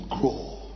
grow